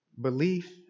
belief